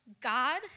God